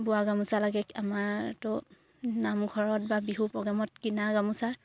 বোৱা গামোচা লাগে আমাৰতো নামঘৰত বা বিহু প্ৰ'গ্ৰেমত কিনা গামোচা